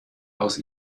aus